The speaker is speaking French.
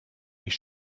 est